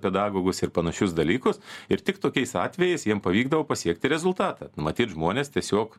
pedagogus ir panašius dalykus ir tik tokiais atvejais jiem pavykdavo pasiekti rezultatą matyt žmonės tiesiog